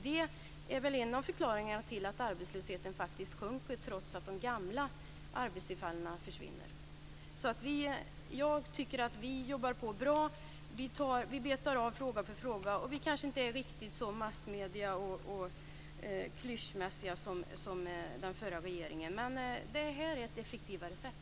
Det är en av förklaringarna till att arbetslösheten sjunker, trots att de gamla arbetstillfällena försvinner. Jag tycker att vi jobbar på bra, och vi betar av fråga efter fråga. Vi kanske inte är så massmedie och klyschmässiga som den förra regeringen, men det här är ett effektivare sätt.